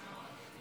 גברתי השרה,